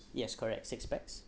yes correct six pax